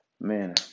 Man